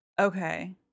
okay